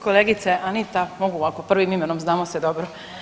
Kolegice Anita, mogu ovako prvim imenom, znamo se dobro.